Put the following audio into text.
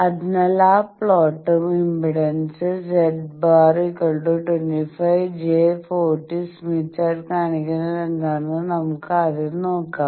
അതിനാൽ ആ പ്ലോട്ടും ഇംപെഡൻസ് z̄25 j 40 സ്മിത്ത് ചാർട്ടിൽ കാണിക്കുന്നതെന്താണെന്ന് നമുക്ക് ആദ്യം നോക്കാം